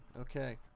Okay